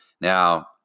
Now